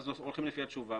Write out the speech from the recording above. ואז הולכים לפי התשובה,